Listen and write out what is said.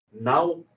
Now